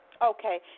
Okay